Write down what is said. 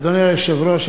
אדוני היושב-ראש,